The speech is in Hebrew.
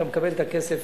אתה מקבל את הכסף